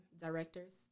directors